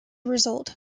result